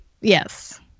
Yes